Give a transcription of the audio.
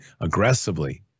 aggressively